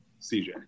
CJ